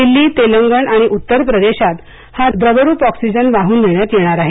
दिल्ली तेलंगण आणि उत्तर प्रदेशात हा द्रवरूप ऑक्सिजन वाहून नेण्यात येणार आहे